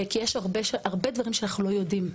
כי יש הרבה דברים שאנחנו לא יודעים.